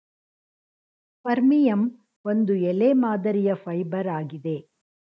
ಫರ್ಮಿಯಂ ಒಂದು ಎಲೆ ಮಾದರಿಯ ಫೈಬರ್ ಆಗಿದೆ